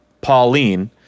Pauline